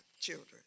children